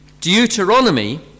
Deuteronomy